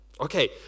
okay